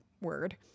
word